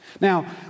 Now